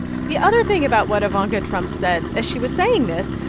the other thing about what ivanka trump said as she was saying this,